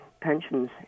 pensions